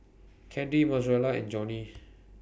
Candy Mozella and Johny